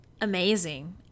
amazing